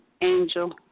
Angel